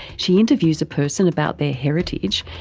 she interviews a person about their heritage,